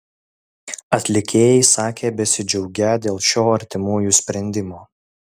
atlikėjai sakė besidžiaugią dėl šio artimųjų sprendimo